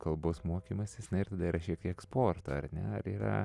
kalbos mokymasis na ir tada yra šiek tiek sporto ar ne ar yra